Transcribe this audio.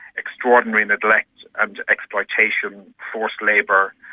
extraordinary neglect and exploitation, forced labour,